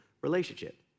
relationship